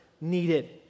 needed